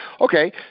Okay